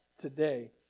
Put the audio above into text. today